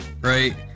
Right